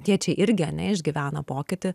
tėčiai irgi ane išgyvena pokytį